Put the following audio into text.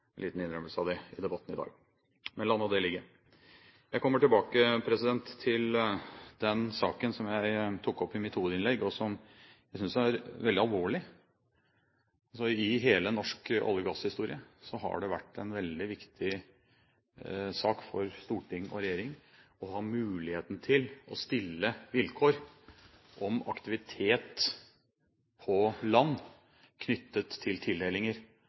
liten innrømmelse av det i debatten i dag. Men la nå det ligge. Jeg kommer tilbake til den saken som jeg tok opp i mitt hovedinnlegg, og som jeg synes er veldig alvorlig. I hele norsk olje- og gasshistorie har det vært en veldig viktig sak for storting og regjering å ha muligheten til å stille vilkår om aktivitet på land knyttet til tildelinger